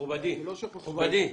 תשלומים --- מכובדי,